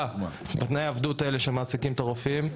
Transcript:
כי אי-אפשר לגדל משפחה בתנאי העבדות שבהם מעסיקים את הרופאים.